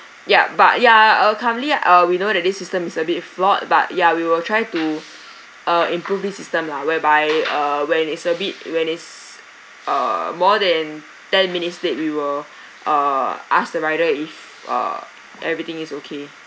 yup but ya uh currently uh we know that this system is a bit flawed but ya we will try to uh improve this system lah whereby err when it's a bit when it's err more than ten minutes late we will uh ask the rider if err everything is okay